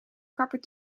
kapper